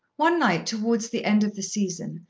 one night, towards the end of the season,